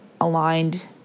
aligned